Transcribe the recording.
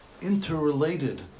interrelated